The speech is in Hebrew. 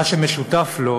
מה שמשותף לו